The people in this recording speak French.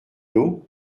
dos